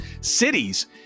cities